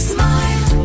Smile